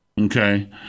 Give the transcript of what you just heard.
Okay